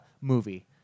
movie